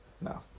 No